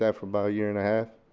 yeah for about a year and a half,